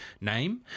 name